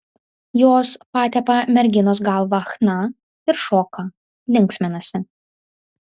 jos patepa merginos galvą chna ir šoka linksminasi